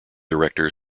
director